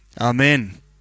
Amen